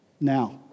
Now